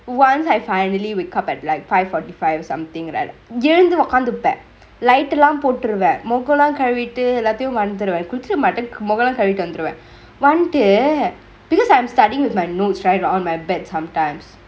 once I finally wake up at five forty five somethingk right எழுந்து ஒக்காந்திப்ப:ezhunthu okkanthippe light டு லா போட்ருவே முகலா கழுவிட்டு எல்லாத்தையு வந்துர்வே குழிச்சிர மாட்டெ முகலா கழுவிட்டு வந்துர்வே வந்ட்டு: tu laa poturuvae mugolaa kazhuvittu ellatiyu vanthuruve kuzhichira maate mugolaa kazhuvittu vanthuruve vantuu because I'm studyingk with my notes right on my bed sometimes